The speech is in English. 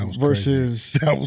versus